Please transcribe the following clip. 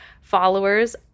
followers